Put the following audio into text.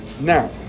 Now